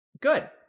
Good